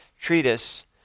treatise